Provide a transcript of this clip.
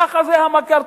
ככה זה המקארתיזם,